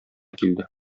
килде